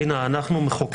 ראי נא, אנחנו מחוקקים.